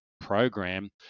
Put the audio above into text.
program